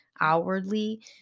outwardly